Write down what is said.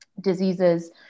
diseases